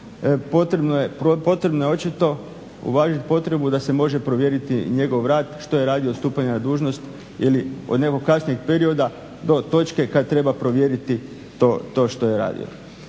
potrebno je očito uvažiti potrebu da se može provjeriti njegov rad što je radio od stupanja na dužnost ili od nekog kasnijeg perioda do točke kad treba provjeriti to što je radio.